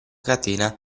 catena